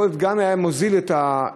יכול להיות שזה גם היה מוזיל את מחיר